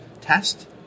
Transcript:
test